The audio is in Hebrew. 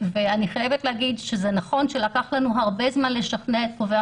אני חייבת להגיד שזה נכון שלקח לנו הרבה זמן לשכנע את קובעי